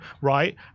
right